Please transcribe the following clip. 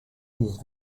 his